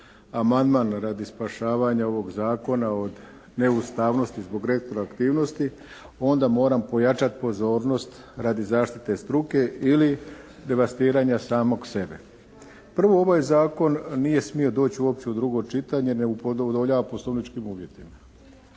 amandman radi spašavanja ovog zakona od neustavnosti zbog retroaktivnosti onda moram pojačati pozornost radi zaštite struke ili devastiranja samog sebe. Prvo, ovaj zakon nije smio doći uopće u drugo čitanje, ne udovoljava poslovničkim uvjetima.